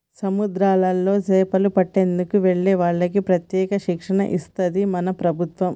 సముద్రాల్లో చేపలు పట్టేందుకు వెళ్లే వాళ్లకి ప్రత్యేక శిక్షణ ఇస్తది మన ప్రభుత్వం